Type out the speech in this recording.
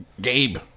Gabe